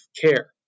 care